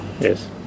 yes